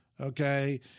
Okay